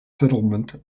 settlement